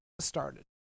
started